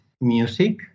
music